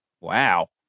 Wow